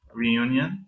reunion